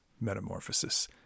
metamorphosis